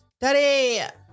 Daddy